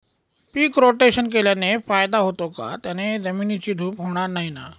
पीक rotation केल्याने फायदा होतो का? त्याने जमिनीची धूप होणार नाही ना?